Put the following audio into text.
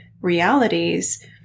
realities